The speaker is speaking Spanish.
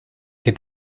que